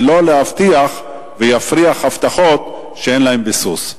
ולא להבטיח ולהפריח הבטחות שאין להן ביסוס.